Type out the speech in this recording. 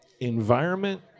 environment